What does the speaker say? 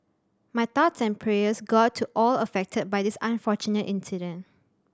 my thoughts and prayers go out to all affected by this unfortunate incident